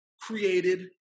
created